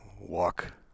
walk